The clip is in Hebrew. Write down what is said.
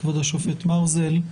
כבוד השופט מרזל.